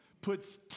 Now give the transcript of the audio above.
puts